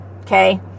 okay